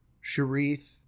Sharif